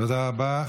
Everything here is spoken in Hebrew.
תודה רבה.